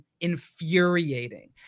infuriating